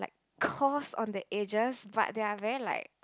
coarse on the edges but they are very like